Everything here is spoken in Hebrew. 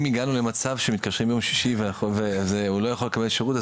אם הגענו למצב שמתקשרים ביום שישי והוא לא יכול לקבל שירות,